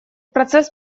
процесс